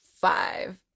five